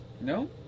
no